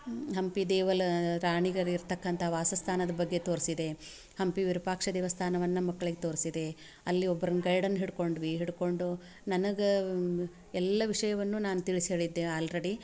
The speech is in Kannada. ಹಂಪಿ ದೇವಳ ರಾಣಿಗಳ್ ಇರತಕ್ಕಂಥ ವಾಸಸ್ಥಾನದ ಬಗ್ಗೆ ತೋರಿಸಿದೆ ಹಂಪಿ ವಿರೂಪಾಕ್ಷ ದೇವಸ್ಥಾನವನ್ನು ಮಕ್ಳಿಗೆ ತೋರಿಸಿದೆ ಅಲ್ಲಿ ಒಬ್ರನ್ನು ಗೈಡನ್ನು ಹಿಡ್ಕೊಂಡ್ವಿ ಹಿಡ್ಕೊಂಡು ನನಗೆ ಎಲ್ಲ ವಿಷಯವನ್ನು ನಾನು ತಿಳ್ಸಿ ಹೇಳಿದ್ದೆ ಆಲ್ರಡಿ